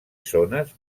zones